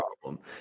problem